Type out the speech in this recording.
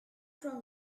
from